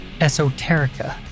esoterica